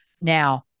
Now